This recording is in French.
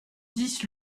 dix